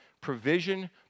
Provision